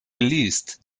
geleast